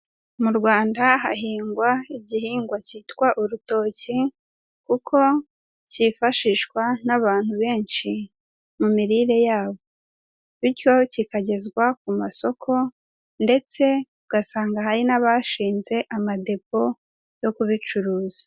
Mu Rwanda hahingwa igihingwa cyitwa urutoki kuko cyifashishwa n'abantu benshi mu mirire yabo bityo kikagezwa ku masoko ndetse ugasanga hari n'abashinze amadepo yo kubicuruza.